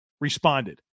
responded